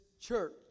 church